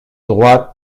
droite